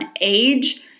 age